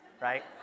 right